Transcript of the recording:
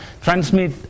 transmit